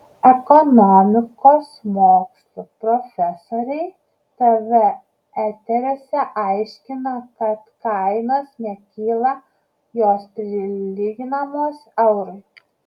ekonomikos mokslų profesoriai tv eteriuose aiškina kad kainos nekyla jos prilyginamos eurui